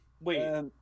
Wait